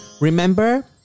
Remember